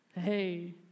Hey